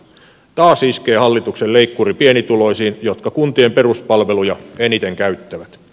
taas iskee hallituksen leikkuri pienituloisiin jotka kuntien peruspalveluja eniten käyttävät